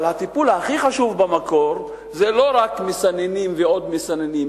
אבל הטיפול הכי חשוב במקור זה לא רק מסננים ועוד מסננים,